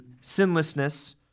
sinlessness